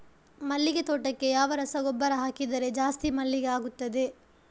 ಮಲ್ಲಿಗೆ ತೋಟಕ್ಕೆ ಯಾವ ರಸಗೊಬ್ಬರ ಹಾಕಿದರೆ ಜಾಸ್ತಿ ಮಲ್ಲಿಗೆ ಆಗುತ್ತದೆ?